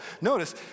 notice